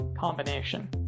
combination